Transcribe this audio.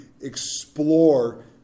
explore